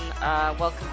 welcome